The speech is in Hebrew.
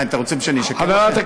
מה, אתם רוצים שאני אשקר לכם?